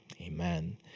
Amen